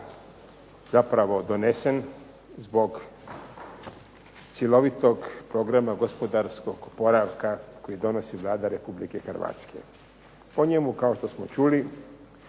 zapravo donesen zbog cjelovitog programa gospodarskog oporavka koji donosi Vlada Republike Hrvatske. O njemu kao što smo čuli